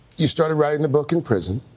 you started writing the book in prison.